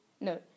no